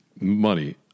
money